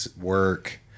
work